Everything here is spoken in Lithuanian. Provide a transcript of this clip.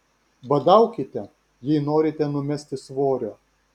badaukite jei norite numesti svorio